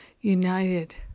united